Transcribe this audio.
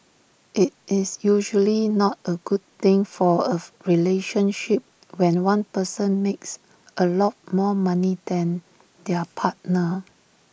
IT is usually not A good thing for of relationship when one person makes A lot more money than their partner